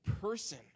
person